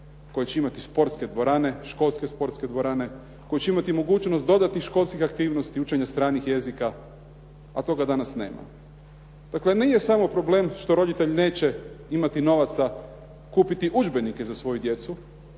koje će imati sportske dvorane, školske sportske dvorane, koje će imati mogućnosti dodatnih školskih aktivnosti učenja stranih jezika, a toga danas nema. Dakle nije samo problem što roditelj neće imati novaca kupiti udžbenike za svoju djecu,